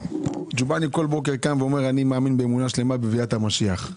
גובאני כל בוקר קם ואומר: אני מאמין באמונה שלמה בביאת המשיח.